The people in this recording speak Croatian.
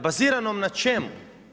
Baziranom na čemu?